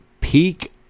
peak